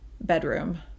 bedroom